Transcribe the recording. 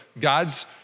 God's